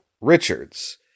Richards